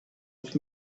nicht